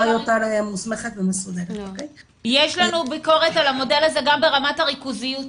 הרבה ביקורת על המודל הזה גם ברמת הריכוזיות שלו.